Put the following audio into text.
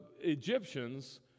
Egyptians